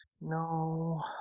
No